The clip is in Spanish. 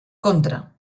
contra